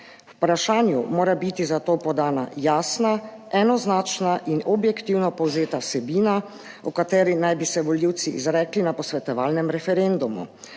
vprašanju mora biti zato podana jasna, enoznačna in objektivno povzeta vsebina, o kateri naj bi se volivci izrekli na posvetovalnem referendumu.